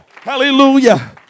Hallelujah